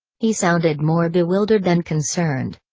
he sounded more bewildered than concerned.